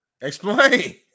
Explain